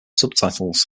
subtitles